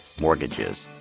mortgages